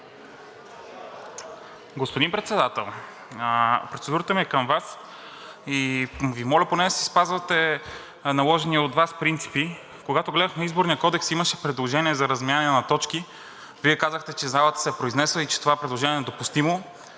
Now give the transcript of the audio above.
Господин Председател! Процедурата ми е към Вас и Ви моля да спазвате наложените принципи. Когато гледахме Изборния кодекс, имаше предложение за размяна на точки, но Вие казахте, че залата се е произнесла и това предложение е недопустимо,